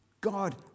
God